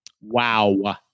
Wow